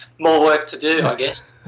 more work to do, i guess.